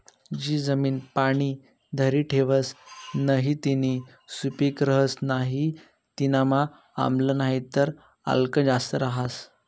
जी जमीन पाणी धरी ठेवस नही तीनी सुपीक रहस नाही तीनामा आम्ल नाहीतर आल्क जास्त रहास